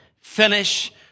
finish